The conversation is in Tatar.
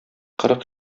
кырык